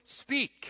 speak